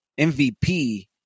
MVP